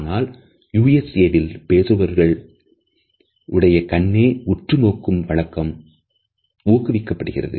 ஆனால் USAல் பேசுபவர்கள் உடைய கண்ணே உற்று நோக்கும் வழக்கம் ஊக்குவிக்கப்படுகிறது